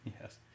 yes